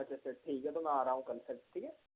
अच्छा सर ठीक है तो मैं आ रहा हूँ कल सर ठीक है